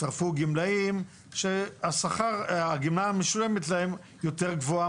הצטרפו גמלאים שהגמלה המשולמת להם יותר גבוהה